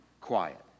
quiet